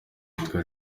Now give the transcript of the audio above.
abitwa